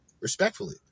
Respectfully